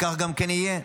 וכך גם כן יהיה.